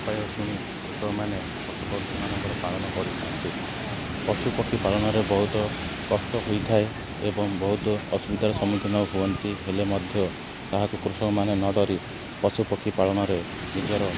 ଉପାୟ ଶୁଣି କୃଷକମାନେ ପଶୁପକ୍ଷୀ ମାନଙ୍କର ପାଳନ କରିଥାନ୍ତି ପଶୁପକ୍ଷୀ ପାଳନରେ ବହୁତ କଷ୍ଟ ହୋଇଥାଏ ଏବଂ ବହୁତ ଅସୁବିଧାର ସମ୍ମୁଖୀନ ହୁଅନ୍ତି ହେଲେ ମଧ୍ୟ ତାହାକୁ କୃଷକମାନେ ନ ଡରି ପଶୁପକ୍ଷୀ ପାଳନରେ ନିଜର